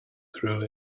through